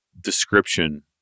description